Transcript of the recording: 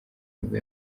nibwo